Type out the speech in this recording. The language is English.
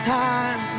time